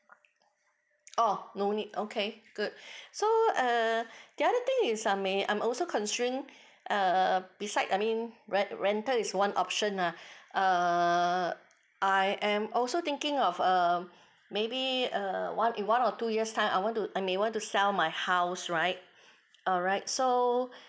orh no need okay good so err the other thing is I may I'm also concern err beside I mean right rental is one option lah uh I am also thinking of um maybe err one in one or two years time I want to may want to sell my house right alright so